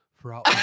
throughout